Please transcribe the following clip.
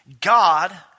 God